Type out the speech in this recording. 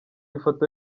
ifoto